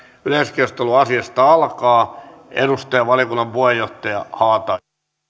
yleiskeskustelu asiasta alkaa edustaja valiokunnan puheenjohtaja haatainen